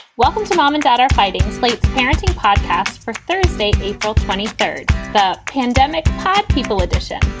welcome to mom and dad are fighting slate's parenting podcast for thursday, april twenty third. the pandemic pod people edition.